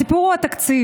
הסיפור הוא התקציב.